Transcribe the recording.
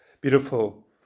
beautiful